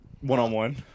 one-on-one